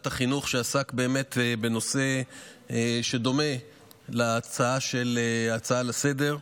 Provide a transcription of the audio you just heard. החינוך שעסק בנושא דומה להצעה לסדר-היום,